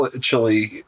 chili